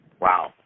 Wow